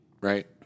right